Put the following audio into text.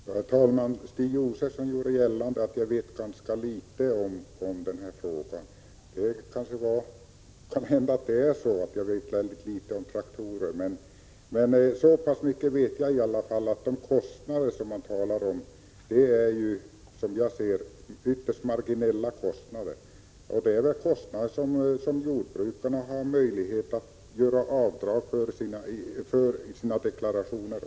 Herr talman! Stig Josefson gjorde gällande att jag vet ganska litet om denna fråga. Det kan hända att jag vet väldigt litet om traktorer. Men så mycket vet jag att de kostnader som det här talas om är, som jag ser det, ytterst marginella. Dessa kostnader har jordbrukarna möjlighet att göra avdrag för vid sina deklarationer.